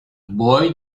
boy